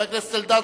חבר הכנסת אלדד,